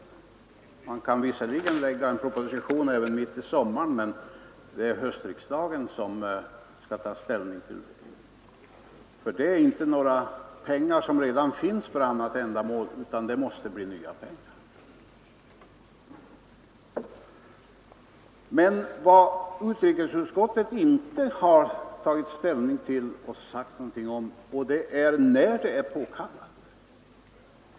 Regeringen kan visserligen lägga fram en proposition mitt i sommaren, men det är höstriksdagen som skall ta ställning till den. Här gäller det nämligen inte pengar som redan finns för annat ändamål, utan det måste bli nya pengar. Men vad utrikesutskottet inte har tagit ställning till och inte sagt någonting om är när det är påkallat.